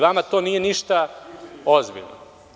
Vama to nije ništa ozbiljno.